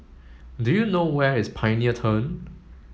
do you know where is Pioneer Turn